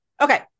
Okay